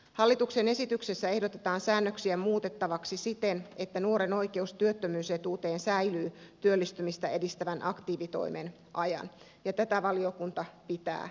hallituksen esityksessä ehdotetaan säännöksiä muutettavaksi siten että nuoren oikeus työttömyysetuuteen säilyy työllistymistä edistävän aktiivitoimen ajan ja tätä valiokunta pitää hyvänä